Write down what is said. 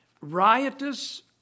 riotous